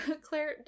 claire